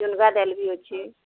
ଡାଏଲ୍ ବି ଅଛି